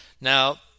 Now